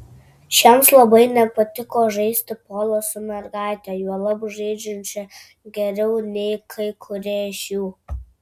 šiems labai nepatiko žaisti polą su mergaite juolab žaidžiančia geriau nei kai kurie iš jų